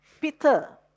Peter